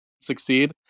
succeed